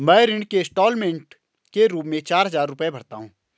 मैं ऋण के इन्स्टालमेंट के रूप में चार हजार रुपए भरता हूँ